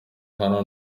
hano